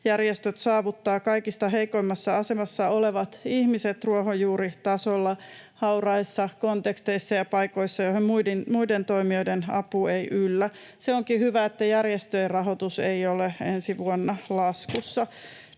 Järjestöt saavuttavat kaikista heikoimmassa asemassa olevat ihmiset ruohonjuuritasolla hauraissa konteksteissa ja paikoissa, joihin muiden toimijoiden apu ei yllä. Onkin hyvä, että järjestöjen rahoitus ei ole ensi vuonna laskussa